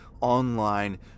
online